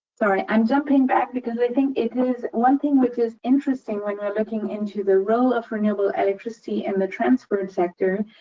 sorry. i'm jumping back, because i think it is one thing which is interesting when like we're looking into the role of renewable electricity in the transport sector,